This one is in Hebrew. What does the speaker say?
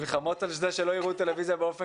יש לנו מלחמות על זה שלא יראו טלוויזיה באופן